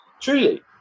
Truly